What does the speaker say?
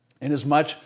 inasmuch